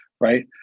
right